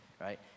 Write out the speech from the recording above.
right